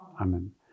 Amen